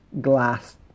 glass